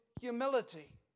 humility